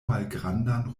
malgrandan